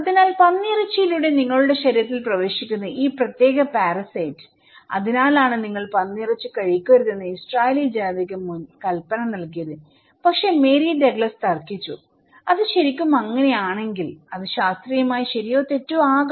അതിനാൽ പന്നിയിറച്ചിയിലൂടെ നിങ്ങളുടെ ശരീരത്തിൽ പ്രവേശിക്കുന്ന ഈ പ്രത്യേക പാരസൈറ്റ് അതിനാലാണ് നിങ്ങൾ പന്നിയിറച്ചി കഴിക്കരുതെന്ന് ഇസ്രായേലി ജനതയ്ക്ക് കൽപ്പന നൽകിയത് പക്ഷേ മേരി ഡഗ്ലസ്തർക്കിച്ചു അത് ശരിക്കും അങ്ങനെയാണെങ്കിൽ അത് ശാസ്ത്രീയമായി ശരിയോ തെറ്റോ ആകാം